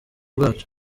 bwacu